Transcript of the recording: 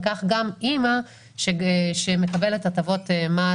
וכך גם אימא שרוצים שתקבל הטבות מס.